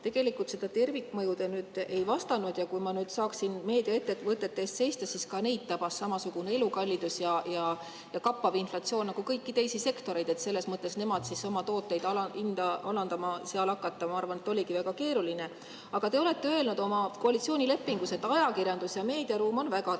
Tegelikult selle tervikmõju kohta te nüüd ei vastanud. Kui ma saaksin meediaettevõtete eest seista, siis ka neid tabas samasugune elukallidus ja kappav inflatsioon, nagu kõiki teisi sektoreid. Selles mõttes oligi neil oma toodete hinda alandama hakata, ma arvan, väga keeruline. Aga te olete öelnud oma koalitsioonilepingus, et ajakirjandus ja meediaruum on väga tähtis